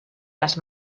las